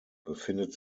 befindet